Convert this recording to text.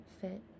fit